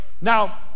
Now